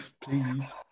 please